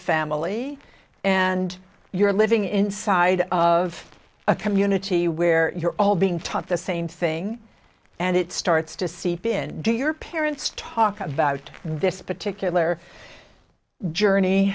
family and you're living inside of a community where you're all being taught the same thing and it starts to seep in do your parents talk about this particular journey